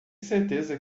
certeza